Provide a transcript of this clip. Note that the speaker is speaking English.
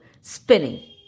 spinning